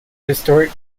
historic